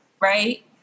right